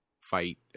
fight